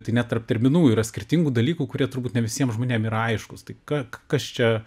tai net tarp terminų yra skirtingų dalykų kurie turbūt ne visiems žmonėm yra aiškūs tai ką kas čia